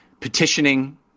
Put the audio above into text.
petitioning